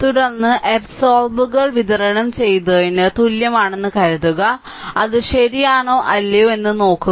തുടർന്ന് ആബ്സോർബുകൾ വിതരണം ചെയ്തതിന് തുല്യമാണെന്ന് കരുതുക അത് ശരിയാണോ അല്ലയോ എന്ന നോക്കുക